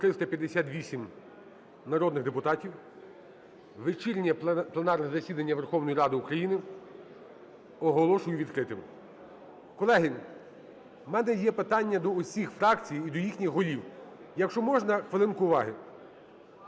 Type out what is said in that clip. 358 народних депутатів. Вечірнє пленарне засідання Верховної Ради України оголошую відкритим. Колеги, в мене є питання до усіх фракцій і до їхніх голів. Якщо можна, хвилинку уваги!